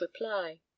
reply